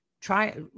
try